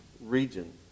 region